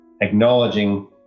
acknowledging